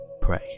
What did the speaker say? pray